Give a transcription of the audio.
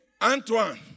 Antoine